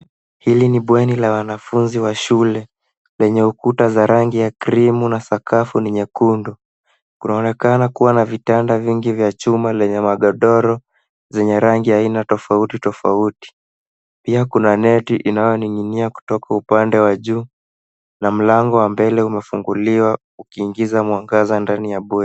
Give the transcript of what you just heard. Hili ni bweni la wanafunzi wa shule, lenye ukuta wa rangi ya krimu na sakafu ni nyekundu. Kunaonekana kuwa na vitanda vingi chuma vyenye magodoro yenye rangi ya aina tofautitofauti. Pia kuna neti inayoning'inia kutoka upande wa juu na mlango wa mbele umefunguliwa ukiingiza mwangaza ndani ya bweni.